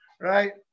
right